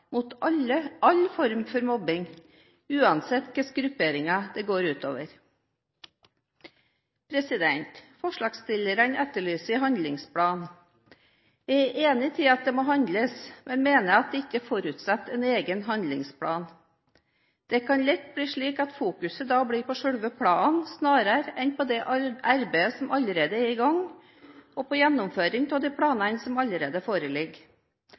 mot all form for mobbing, uansett hva slags grupperinger det går ut over. Forslagsstillerne etterlyser en handlingsplan. Jeg er enig i at det må handles, men mener at det ikke forutsetter en egen handlingsplan. Det kan lett bli slik at fokuset da blir på selve planen snarere enn på det arbeidet som allerede er i gang, og på gjennomføring av de planene som allerede foreligger.